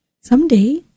someday